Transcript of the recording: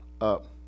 up